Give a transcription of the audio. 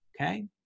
Okay